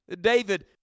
David